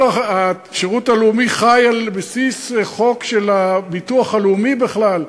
כל השירות הלאומי חי על בסיס חוק של הביטוח הלאומי בכלל.